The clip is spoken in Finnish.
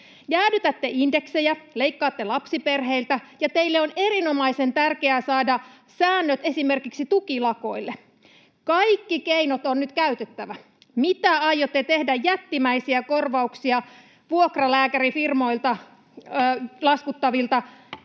Jäädytätte indeksejä, leikkaatte lapsiperheiltä, ja teille on erinomaisen tärkeää saada säännöt esimerkiksi tukilakoille. Kaikki keinot on nyt käytettävä. Mitä aiotte tehdä jättimäisiä korvauksia laskuttaville